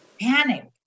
panic